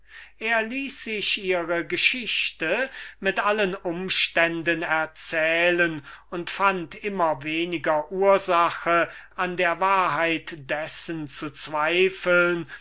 er ließ sich ihre geschichte mit allen umständen erzählen und fand nun immer weniger ursache an der wahrheit dessen zu zweifeln